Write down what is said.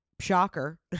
shocker